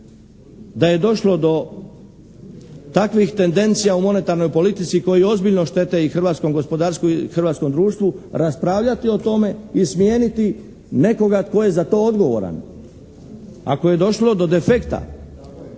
da je došlo do takvih tendencija u monetarnoj politici koji ozbiljno štete i hrvatskom gospodarstvu i hrvatskom društvu raspravljati o tome i smijeniti nekoga tko je za to odgovoran. Ako je došlo do defekta